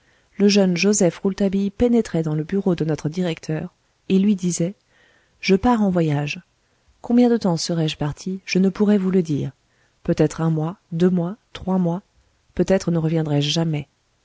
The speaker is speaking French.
le jeune joseph rouletabille pénétrait dans le bureau de notre directeur et lui disait je pars en voyage combien de temps serai-je parti je ne pourrai vous le dire peut-être un mois deux mois trois mois peut-être ne reviendrai-je jamais